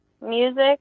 Music